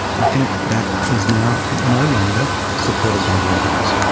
i think that is now no longer supported by the evidence.